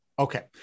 Okay